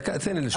דקה, תן לי לשאול.